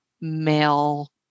male